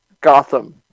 Gotham